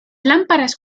lámparas